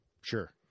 Sure